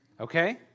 okay